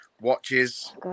watches